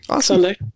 Sunday